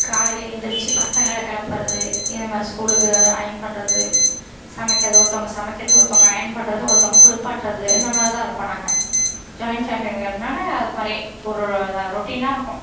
காலையில் எழுந்திரிச்சி பசங்களை கிளப்பறது இந்த மாதிரி ஸ்கூலுக்கு அயர்ன் பண்ணுறது சமைக்கிறது ஒருத்தங்க சமைக்கிறது ஒருத்தங்க அயர்ன் பண்ணுறது ஒருத்தங்க குளிப்பாட்றது இந்த மாதிரி தான் இருப்போம் நாங்கள் ஜாயிண்ட் ஃபேமிலிங்கிறதுனால அது மாதிரி ஒரு ரு இதாக ரொட்டீனாக இருக்கும்